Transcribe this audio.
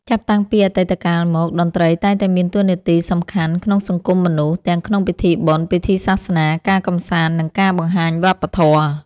ចាប់តាំងពីអតីតកាលមក តន្ត្រីតែងតែមានតួនាទីសំខាន់ក្នុងសង្គមមនុស្ស ទាំងក្នុងពិធីបុណ្យ ពិធីសាសនា ការកម្សាន្ត និងការបង្ហាញវប្បធម៌។